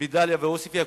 בדאליה ובעוספיא.